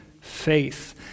faith